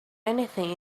anything